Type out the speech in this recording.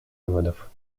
выводов